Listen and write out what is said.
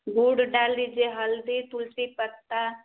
गुड़ डाल दीजिए हल्दी तुलसी पत्ता